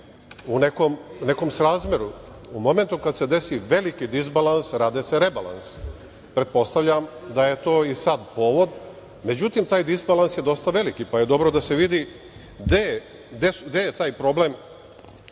u nekom srazmeru. U momentu kada se desi veliki disbalans, rade se rebalansi. Pretpostavljam da je to i sada povod. Međutim, taj disbalans je dosta veliki, pa je dobro da se vidi gde je taj problem